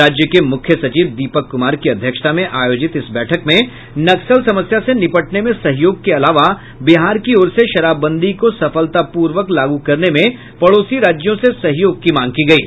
राज्य के मुख्य सचिव दीपक कुमार की अध्यक्षता में आयोजित इस बैठक में नक्सल समस्या से निपटने में सहयोग के अलावा बिहार की ओर से शराबबंदी को सफलतापूर्वक लागू करने में पड़ोसी राज्यों से सहयोग की मांग की गयी